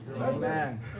Amen